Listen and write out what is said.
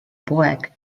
poeg